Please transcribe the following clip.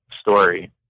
story